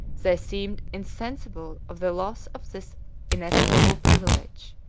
they seemed insensible of the loss of this inestimable privilege.